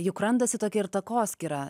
juk randasi tokia ir takoskyra